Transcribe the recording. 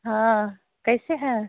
हाँ कैसे हैं